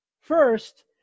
First